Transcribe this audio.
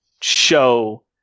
show